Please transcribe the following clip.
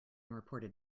reported